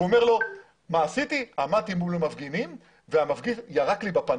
הוא אומר לו שהוא עמד מול המפגינים והמפגין ירק לי בפנים.